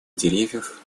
деревьев